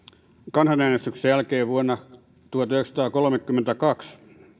kansanäänestyksen jälkeen vuonna tuhatyhdeksänsataakolmekymmentäkaksi